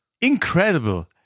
incredible